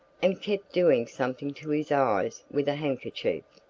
and kept doing something to his eyes with a handkerchief,